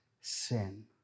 sin